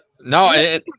no